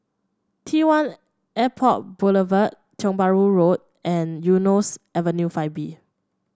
T One Airport Boulevard Tiong Bahru Road and Eunos Avenue Five B